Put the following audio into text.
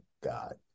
God